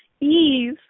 ease